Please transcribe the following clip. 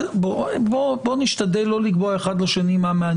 בואי נשתדל לא לקבוע אחד לשני מה מעניין.